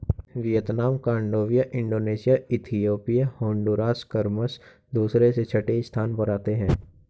Vietnam Cambodia Indonesia Ethiopia Honduras क्रमशः दूसरे से छठे स्थान पर आते हैं